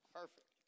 perfect